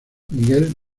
miguel